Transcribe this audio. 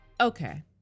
Okay